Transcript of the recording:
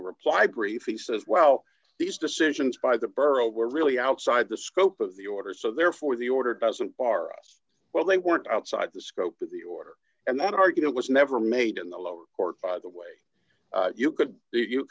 the reply brief he says wow these decisions by the borough were d really outside the scope of the order so therefore the order doesn't bar us well they weren't outside the scope of the order and then argued it was never made in the lower court by the way you could you